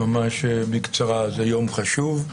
זה יום חשוב.